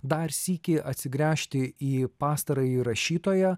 dar sykį atsigręžti į pastarąjį rašytoją